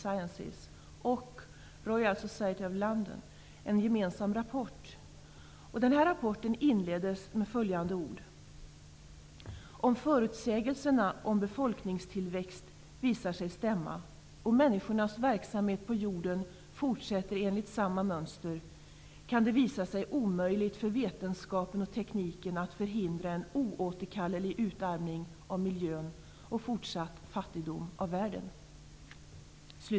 London en gemensam rapport som inleddes med följande ord: ''Om förutsägelserna om befolkningstillväxt visar sig stämma och människornas verksamhet på jorden fortsätter enligt samma mönster, kan det visa sig omöjligt för vetenskapen och tekniken att förhindra en oåterkallelig utarmning av miljön och fortsatt fattigdom i världen.''